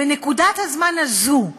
בנקודת הזמן הזאת,